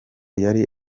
yari